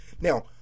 now